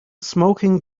smoking